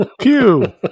pew